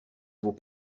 vos